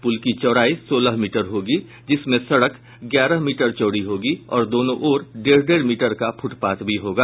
पुल की चौड़ाई सोलह मीटर होगी जिसमें सड़क ग्यारह मीटर चौड़ी होगी और दोनों ओर डेढ़ डेढ़ मीटर का फुटपाथ भी होगा